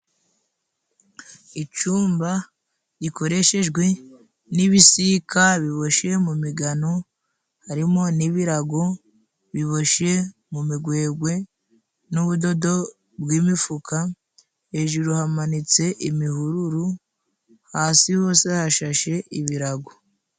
Icumba gikoreshejwe n'ibisika bibosheye mu migano harimo n'ibirago biboshye mu migwegwe n'ubudodo bw'imifuka, hejuru hamanitse imihururu, hasi hose hashashe ibirago.